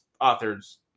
authors